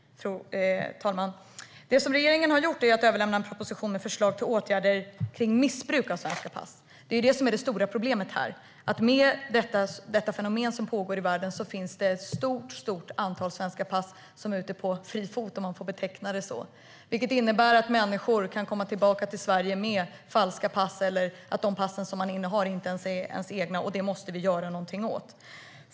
Fru talman! Det som regeringen har gjort är att överlämna en proposition med förslag till åtgärder kring missbruk av svenska pass. Det är ju det som är det stora problemet här: att med detta fenomen som pågår i världen finns det ett stort antal svenska pass som är på fri fot, om man får beteckna det så. Detta innebär att människor kan komma tillbaka till Sverige med falska pass eller att de innehar pass som inte ens är deras egna, och det måste vi göra någonting åt.